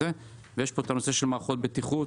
דבר נוסף זה מערכות בטיחות,